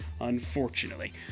unfortunately